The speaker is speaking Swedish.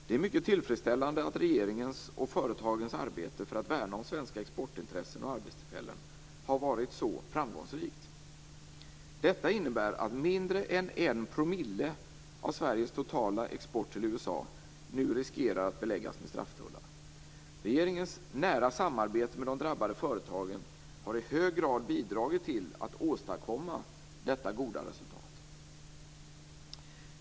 Det är mycket tillfredsställande att regeringens och företagens arbete för att värna om svenska exportintressen och arbetstillfällen har varit så framgångsrikt. Detta innebär att mindre än en promille av Sveriges totala export till USA nu riskerar att beläggas med strafftullar. Regeringens nära samarbete med de drabbade företagen har i hög grad bidragit till att åstadkomma detta goda resultat.